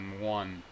one